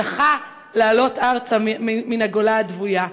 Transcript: זכה לעלות ארצה מן הגולה הדוויה.